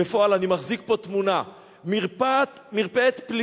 בפועל אני מחזיק פה תמונה, מרפאת פליטים.